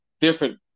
different